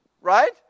right